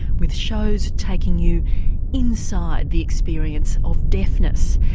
with shows taking you inside the experience of deafness,